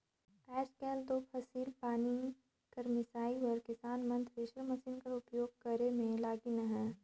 आएज काएल दो फसिल पानी कर मिसई बर किसान मन थेरेसर मसीन कर उपियोग करे मे लगिन अहे